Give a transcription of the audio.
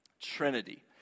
Trinity